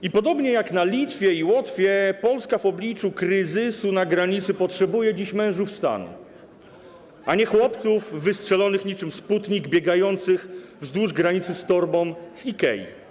I podobnie jak jest na Litwie i Łotwie, Polska w obliczu kryzysu na granicy potrzebuje dziś mężów stanu, a nie chłopców wystrzelonych niczym sputnik, biegających wzdłuż granicy z torbą z IKEA.